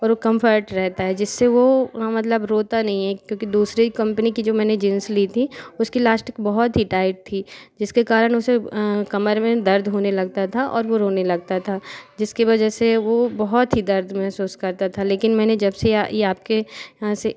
और वह कम्फर्ट रेहता है जिससे वह मतलब रोता नहीं है क्योंकि दूसरे कम्पनी की जो मैंने जींस ली थी उसकी लास्टिक बहुत ही टाइट थी जिसके कारण उसे कमर में दर्द होने लगता था और वह रोने लगता था जिसके वजह से वो बहुत ही दर्द महसूस करता था लेकिन मैंने जब से यह आपके यहाँ से